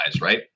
right